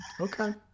Okay